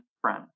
friend